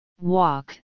walk